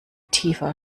tiefer